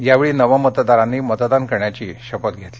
यावेळी नवमतदारांनी मतदान करण्याची शपथ घेतली